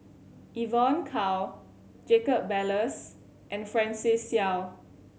Evon Kow Jacob Ballas and Francis Seow